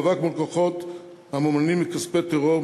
מאבק מול כוחות הממומנים מכספי טרור,